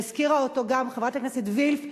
והזכירה אותו גם חברת הכנסת וילף,